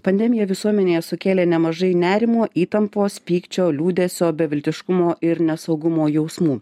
pandemija visuomenėje sukėlė nemažai nerimo įtampos pykčio liūdesio beviltiškumo ir nesaugumo jausmų